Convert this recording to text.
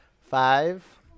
Five